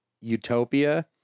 utopia